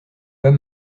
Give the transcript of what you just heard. pas